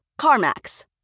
CarMax